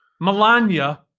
Melania